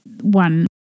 one